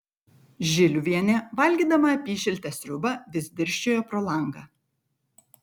žiliuvienė valgydama apyšiltę sriubą vis dirsčiojo pro langą